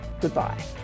Goodbye